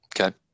Okay